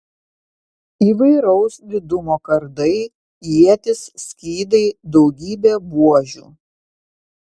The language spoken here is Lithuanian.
įvairaus didumo kardai ietys skydai daugybė buožių